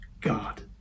God